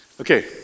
Okay